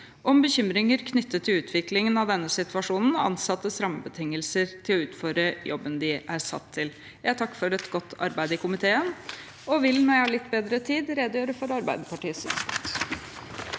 om bekymringer knyttet til utviklingen av denne situasjonen og ansattes rammebetingelser til å utføre jobben de er satt til. Jeg takker for et godt arbeid i komiteen og vil redegjøre for Arbeiderpartiets synspunkt